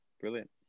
Brilliant